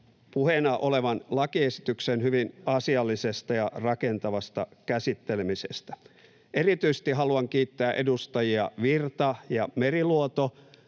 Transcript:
puheena olevan lakiesityksen hyvin asiallisesta ja rakentavasta käsittelemisestä. Erityisesti haluan kiittää edustajia Virta ja Meriluoto,